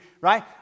right